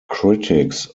critics